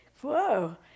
Whoa